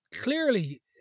clearly